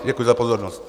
Děkuji za pozornost.